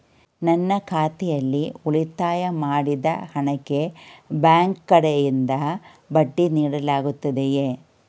ನನ್ನ ಖಾತೆಯಲ್ಲಿ ಉಳಿತಾಯ ಮಾಡಿದ ಹಣಕ್ಕೆ ಬ್ಯಾಂಕ್ ಕಡೆಯಿಂದ ಬಡ್ಡಿ ನೀಡಲಾಗುತ್ತದೆಯೇ?